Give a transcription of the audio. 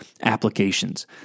applications